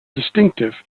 distinctive